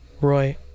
Roy